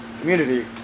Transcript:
Community